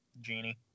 genie